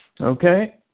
Okay